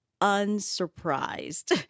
unsurprised